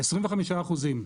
25 אחוזים,